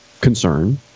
concern